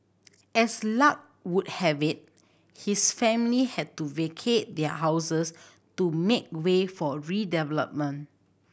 as luck would have it his family had to vacate their houses to make way for redevelopment